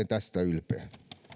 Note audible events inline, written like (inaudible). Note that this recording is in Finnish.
(unintelligible) tästä ylpeä